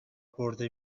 برده